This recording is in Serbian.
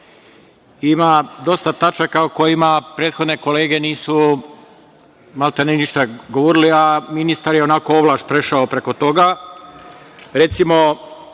ima dosta tačaka o kojima prethodne kolege nisu maltene ništa govorili, a ministar je onako ovlaš prešao preko toga.